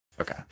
Okay